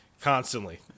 constantly